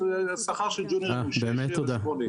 שכר של ג'וניורים הוא --- באמת תודה.